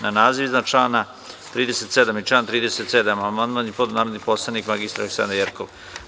Na naziv iznad člana 37 i član 37. amandman je podneo narodni poslanik Aleksandra Jerkov.